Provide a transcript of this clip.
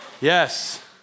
Yes